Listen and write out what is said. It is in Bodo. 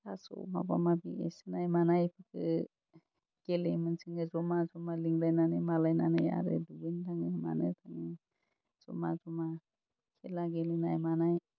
थास' माबा माबि होसोनाय मानाय गेलेयोमोन जोङो जमा जमा लिंलायनानै मालायनानै आरो दुगैनो थाङो मानो थाङो जमा जमा खेला गेलेनाय मानाय